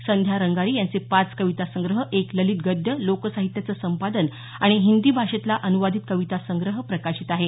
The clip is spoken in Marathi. संध्या रंगारी यांचे पाच कविता संग्रह एक ललित गद्य लोकसाहित्याचं संपादन आणि हिंदी भाषेतला अनुवादीत कविता संग्रह प्रकाशित आहे